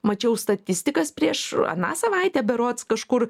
mačiau statistikas prieš aną savaitę berods kažkur